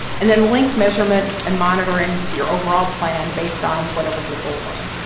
and then link measurement and monitoring to your overall plan based on whatever your goals are.